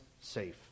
safe